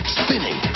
spinning